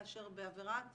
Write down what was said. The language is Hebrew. כאשר בעבירת